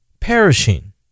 perishing